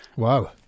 Wow